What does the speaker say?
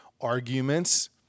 arguments